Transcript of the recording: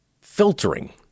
filtering